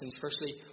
Firstly